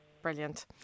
Brilliant